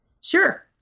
Sure